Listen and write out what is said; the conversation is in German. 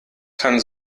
kann